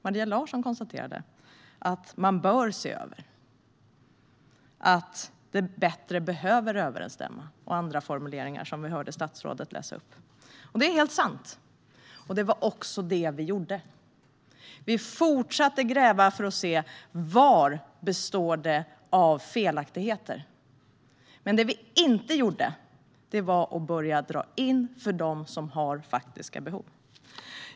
Maria Larsson konstaterade att man bör göra en översyn så att det blir en bättre överensstämmelse med andra formuleringar som statsrådet läste upp. Det är helt sant, och det var också det som vi gjorde. Vi fortsatte att gräva för att se var felaktigheterna fanns. Men det vi inte gjorde var att börja dra ned för dem som har faktiska behov.